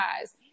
eyes